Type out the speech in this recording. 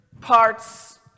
parts